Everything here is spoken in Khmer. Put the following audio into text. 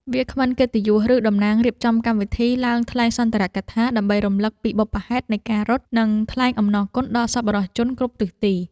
វាគ្មិនកិត្តិយស ឬតំណាងរៀបចំកម្មវិធីឡើងថ្លែងសុន្ទរកថា ដើម្បីរំលឹកពីបុព្វហេតុនៃការរត់ និងថ្លែងអំណរគុណដល់សប្បុរសជនគ្រប់ទិសទី។